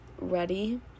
ready